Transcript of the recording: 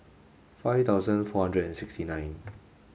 five thousand four hundred and sixty nine